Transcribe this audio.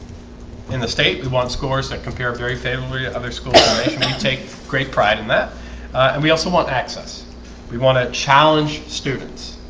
in the state with one scores that compare very favorably other schools are asian we take great pride in that and we also want access we want to challenge students